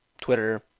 twitter